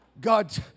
God